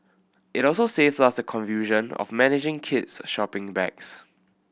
it also saves us the confusion of managing kids shopping bags